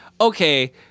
okay